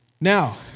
Now